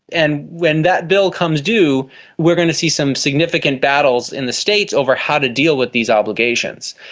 and when that bill comes due we are going to see some significant battles in the states over how to deal with these obligations.